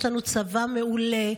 יש לנו צבא מעולה,